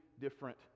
different